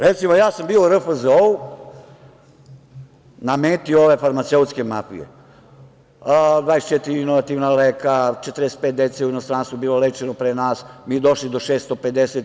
Recimo, ja sam bio u RFZO-u na meti ove farmaceutske mafije, 24 inovativna leka, 45 dece u inostranstvu je bilo lečeno pre nas, mi došli do 650.